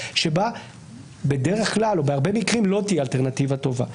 שבה בדרך כלל או בהרבה מקרים לא תהיה אלטרנטיבה טובה.